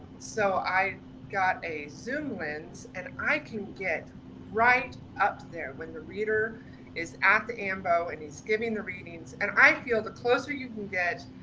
so i got a zoom lens and i can get right up there when the reader is at the ambo and he's giving the readings and i feel the closer you can get,